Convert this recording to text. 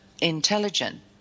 intelligent